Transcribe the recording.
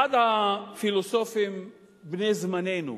אחד הפילוסופים בני זמננו,